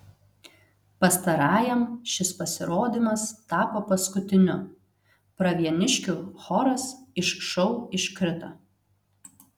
pastarajam šis pasirodymas tapo paskutiniu pravieniškių choras iš šou iškrito